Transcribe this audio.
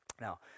Now